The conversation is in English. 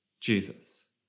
Jesus